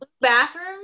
Bathroom